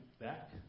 back